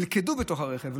נלכדו בתוך הרכב,